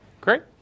Great